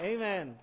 Amen